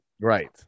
Right